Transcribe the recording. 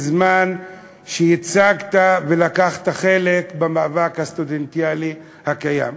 בזמן שייצגת ולקחת חלק במאבק הסטודנטיאלי הקיים.